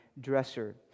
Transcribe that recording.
dresser